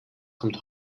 kommt